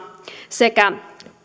sekä